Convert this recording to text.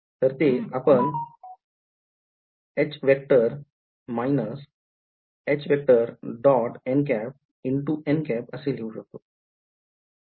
तर ते आपण असे लिहू शकतो